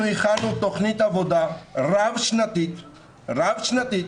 אנחנו הכנו תוכנית עבודה רב-שנתית לעדכן